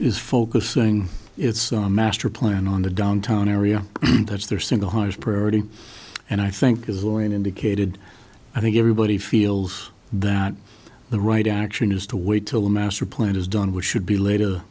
is focusing its master plan on the downtown area and that's their single highest priority and i think is going indicated i think everybody feels that the right action is to wait till the master plan is done which should be later